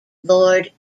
lord